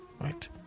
right